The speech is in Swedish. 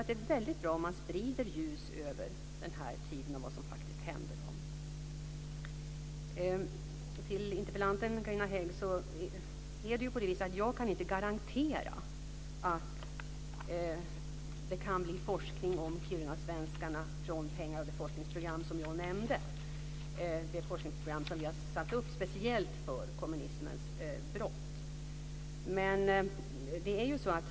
Det är bra om man sprider ljus över den här tiden och vad som faktiskt hände kirunasvenskarna. Jag kan inte garantera interpellanten Carina Hägg att det kan bli forskning om kirunasvenskarna för pengar i det forskningsprogram som jag nämnde. Vi har satt upp ett forskningsprogram speciellt för kommunismens brott.